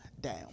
down